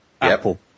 Apple